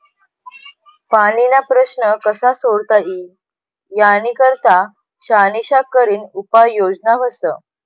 पाणीना प्रश्न कशा सोडता ई यानी करता शानिशा करीन उपाय योजना व्हस